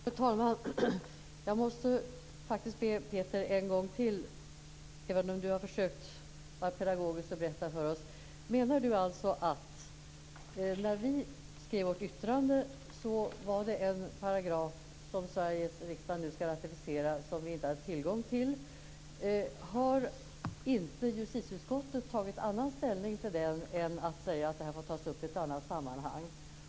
Fru talman! Jag måste be Peter Eriksson att förklara ännu en gång, även om han på ett pedagogiskt sätt har försökt att berätta för oss. Menar Peter Eriksson att vi när vi skrev vårt yttrande inte hade tillgång till en paragraf som riksdagen nu skall ratificera? Har inte justitieutskottet tagit annan ställning till den än att ha sagt att detta får tas upp i ett annat sammanhang?